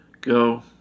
Go